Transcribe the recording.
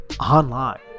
online